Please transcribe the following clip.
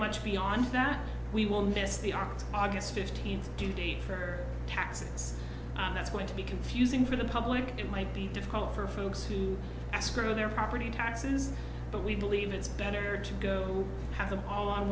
much beyond that we will miss the our august fifteenth due date for taxes that's going to be confusing for the public and it might be difficult for folks to escrow their property taxes but we believe it's better to go have them all on